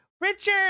Richard